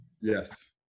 Yes